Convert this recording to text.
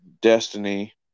Destiny